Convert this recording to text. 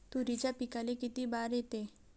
तुरीच्या पिकाले किती बार येते?